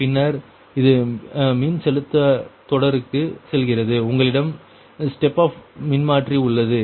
பின்னர் இது மின்செலுத்தத் தொடருக்கு செல்கிறது உங்களிடம் ஸ்டெப் அப் மின்மாற்றி உள்ளது